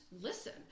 listen